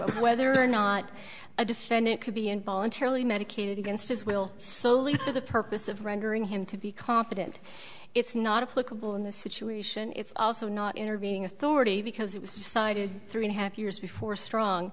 issue whether or not a defendant could be involuntarily medicated against his will solely for the purpose of rendering him to be competent it's not a political in this situation it's also not intervening authority because it was decided three and a half years before strong